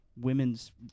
Women's